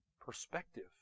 perspective